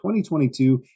2022